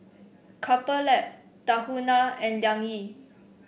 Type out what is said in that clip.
Couple Lab Tahuna and Liang Yi